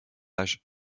âge